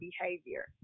behavior